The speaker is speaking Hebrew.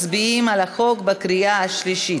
מצביעים על החוק בקריאה השלישית.